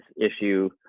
issue